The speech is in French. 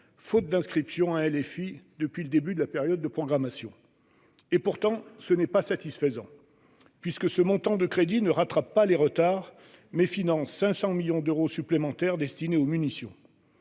de finances initiale depuis le début de la période de programmation. Pourtant, ce n'est pas satisfaisant, puisque ce montant de crédits ne rattrape pas les retards, mais finance 500 millions d'euros supplémentaires destinés aux munitions.